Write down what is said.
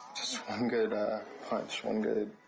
one good punch, one good